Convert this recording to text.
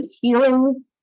healing